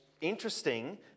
interesting